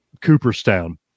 cooperstown